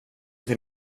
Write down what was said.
till